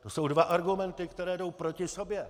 To jsou dva argumenty, které jdou proti sobě.